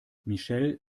michelle